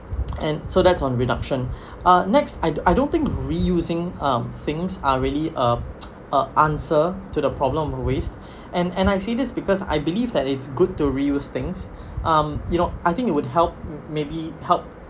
and so that's on reduction uh next I don't think reusing um things are really uh uh answer to the problem of waste and and I say this because I believe that it's good to reuse things um you know I think it would help maybe help